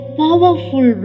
powerful